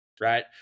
right